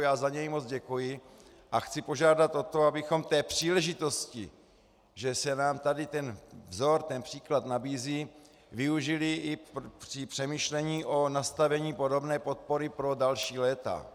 Já za něj moc děkuji a chci požádat o to, abychom příležitosti, že se nám tady ten vzor, příklad nabízí, využili i při přemýšlení o nastavení podobné podpory pro další léta.